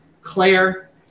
Claire